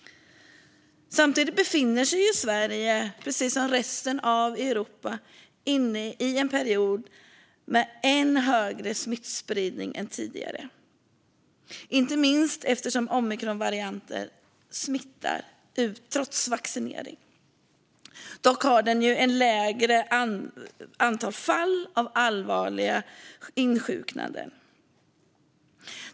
Samtidigt befinner sig Sverige, precis som resten av Europa, i en period med än högre smittspridning än tidigare, inte minst eftersom omikronvarianten smittar trots vaccinering. Det är dock ett lägre antal fall av allvarliga insjuknanden.